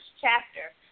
chapter